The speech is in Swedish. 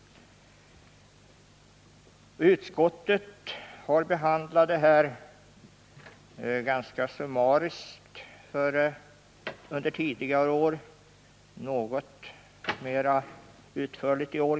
Utskottet har behandlat motionen ganska summariskt tidigare år och kanske något mer utförligt i år.